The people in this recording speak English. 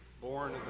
born